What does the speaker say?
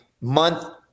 month